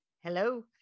hello